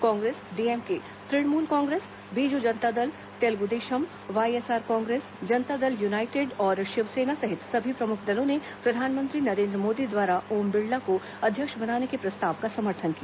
Congress DMK Trinamool Congress Biju Janata Dal Telugu Desam YSR Congress Janata Dal United और शिवसेना सहित सभी प्रमुख दलों ने प्रधानमंत्री नरेन्द्र मोदी द्वारा ओम बिड़ला को अध्यक्ष बनाने के प्रस्ताव का समर्थन किया